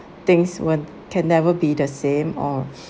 things won't can never be the same or